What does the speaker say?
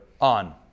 on